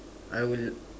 I would